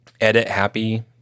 edit-happy